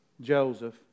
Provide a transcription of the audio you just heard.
Joseph